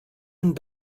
and